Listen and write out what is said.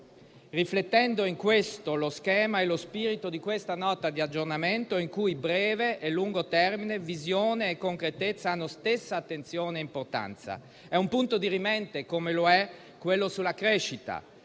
riflettendo in questo lo schema e lo spirito della Nota di aggiornamento in esame, in cui breve e lungo termine, visione e concretezza hanno la stessa attenzione e importanza. È un punto dirimente, come lo è quello sulla crescita,